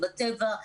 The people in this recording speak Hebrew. בטבע.